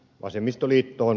hemmilälle